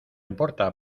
importa